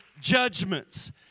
judgments